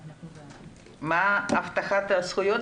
את מדברת על הבטחת הזכויות?